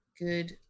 good